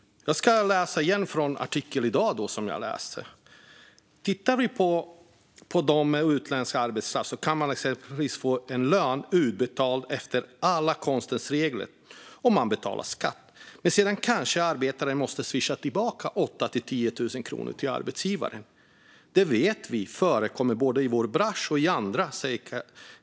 Jag ska återigen läsa ur den artikel jag tog upp tidigare. Carin Hansdotter, som arbetar inom byggbranschens organisation, säger: Tittar vi på dem med utländsk arbetskraft kan man exempelvis få en lön utbetald efter alla konstens regler, och man betalar skatt - men sedan kanske arbetaren måste swisha tillbaka 8 000-10 000 kronor till arbetsgivaren. Detta vet vi förekommer både i vår bransch och i andra.